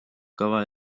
kava